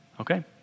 Okay